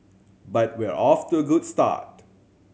but we're off to a good start